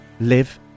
live